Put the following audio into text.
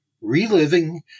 Reliving